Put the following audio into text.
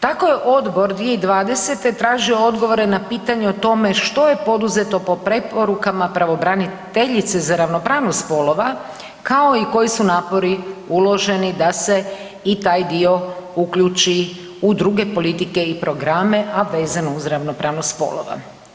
Tako je odbor 2020. tražio odgovore na pitanje o tome što je poduzeto po preporukama pravobraniteljice za ravnopravnost spolova kao i koji su napori uloženi da se i taj dio uključi u druge politike i programe, a vezano uz ravnopravnost spolova.